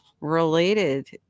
related